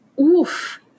Oof